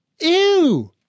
Ew